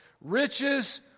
Riches